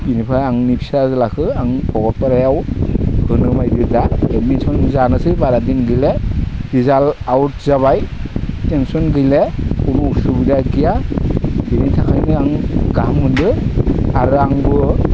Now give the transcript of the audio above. इनिफ्राय आंनि फिसाज्लाखो आं फगतपारायाव होनो नामायदो दा एडमिसन जानोसै बारा दिन गैले रिजाल्ट आउट जाबाय टेनसन गैले जेबो उसुबिदा गैया बिनिथाखायनो आं गाहाम मोनदो आरो आंबो